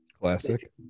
Classic